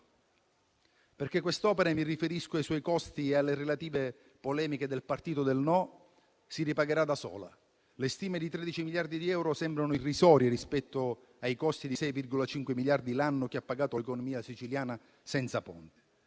perché quest'opera - mi riferisco ai suoi costi e alle relative polemiche del partito del no - si ripagherà da sola. Le stime di 13 miliardi di euro sembrano irrisorie rispetto ai costi di 6,5 miliardi l'anno pagati dall'economia siciliana senza il Ponte.